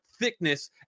thickness